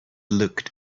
looked